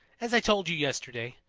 as i told you yesterday,